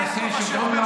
אחד עולה,